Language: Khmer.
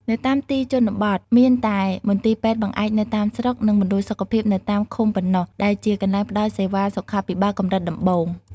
នៅតាមទីជនបទមានតែ មន្ទីរពេទ្យបង្អែកនៅតាមស្រុក និង មណ្ឌលសុខភាពនៅតាមឃុំប៉ុណ្ណោះ ដែលជាកន្លែងផ្តល់សេវាសុខាភិបាលកម្រិតដំបូង។